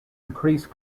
increase